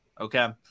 Okay